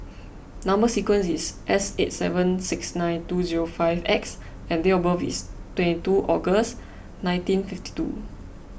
Number Sequence is S eight seven six nine two zero five X and date of birth is twenty two August nineteen fifty two